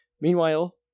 Meanwhile